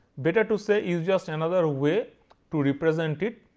better to say is just another way to represent it,